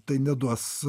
tai neduos